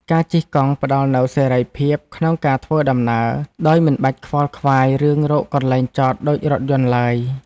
ការជិះកង់ផ្ដល់នូវសេរីភាពក្នុងការធ្វើដំណើរ ដោយមិនបាច់ខ្វល់ខ្វាយរឿងរកកន្លែងចតដូចរថយន្តឡើយ។